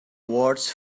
awards